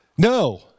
No